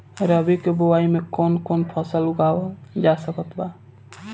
रबी के बोआई मे कौन कौन फसल उगावल जा सकत बा?